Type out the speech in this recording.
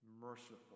merciful